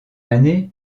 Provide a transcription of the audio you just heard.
année